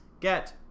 get